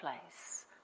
place